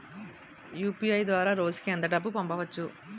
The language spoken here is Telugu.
యు.పి.ఐ ద్వారా రోజుకి ఎంత డబ్బు పంపవచ్చు?